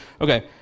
okay